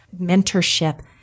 mentorship